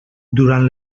durant